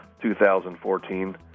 2014